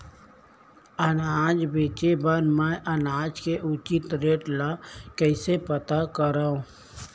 अनाज बेचे बर मैं अनाज के उचित रेट ल कइसे पता करो?